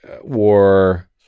war